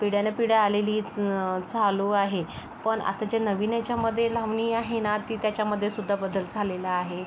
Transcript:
पिढ्यानपिढ्या आलेलीच चालू आहे पण आताच्या नवीन याच्यामध्ये लावणी आहे ना ती त्याच्यामध्येसुध्दा बदल झालेला आहे